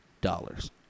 dollars